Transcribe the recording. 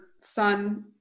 son